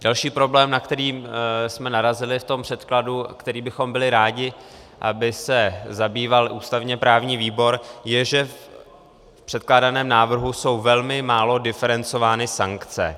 Další problém, na který jsme narazili v tom předkladu, který bychom byli rádi, aby se jím zabýval ústavněprávní výbor, je, že v předkládaném návrhu jsou velmi málo diferencovány sankce.